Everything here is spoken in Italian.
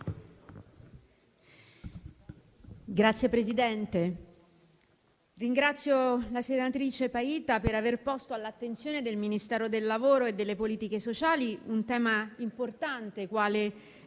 Signor Presidente, ringrazio la senatrice Paita per aver posto all'attenzione del Ministero del lavoro e delle politiche sociali un tema importante qual